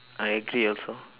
I agree also